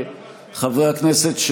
לחברי הכנסת,